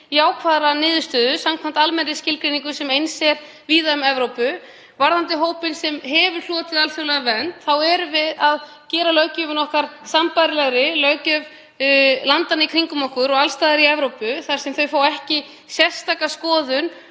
jákvæðrar niðurstöðu samkvæmt almennri skilgreiningu sem er eins víða um Evrópu. Varðandi hópinn sem hefur hlotið alþjóðlega vernd erum við að gera löggjöf okkar sambærilega löggjöf landanna í kringum okkur og alls staðar í Evrópu, þar sem þau fá ekki sérstaka skoðun